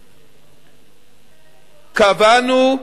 קבענו,